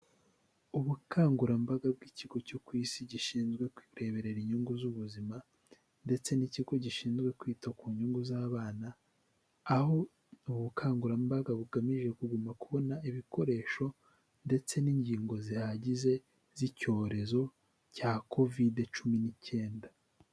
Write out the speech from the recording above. Ubukangurambaga bw'ikigo cyo ku isi gishinzwe kureberera inyungu z'ubuzima ndetse n'ikigo gishinzwe kwita ku nyungu z'abana, aho ubu bukangurambaga bugamije kuguma kubona ibikoresho ndetse n'ingingo zihagije z'icyorezo cya covid cumi n'icyenda.